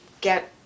get